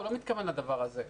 הוא לא מתכוון לדבר הזה.